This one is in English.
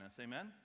Amen